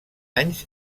anys